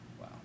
Wow